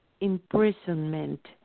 imprisonment